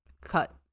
cut